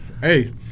hey